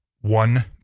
One